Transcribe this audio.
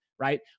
Right